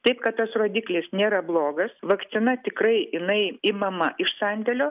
taip kad tas rodiklis nėra blogas vakcina tikrai jinai imama iš sandėlio